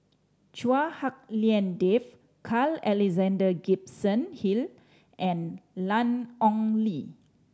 Chua Hak Lien Dave Carl Alexander Gibson Hill and Ian Ong Li